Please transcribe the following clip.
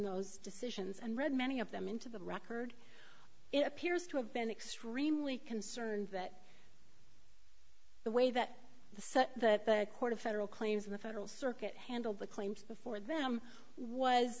those decisions and read many of them into the record it appears to have been extremely concerned that the way that the such that the court of federal claims in the federal circuit handled the claims before them was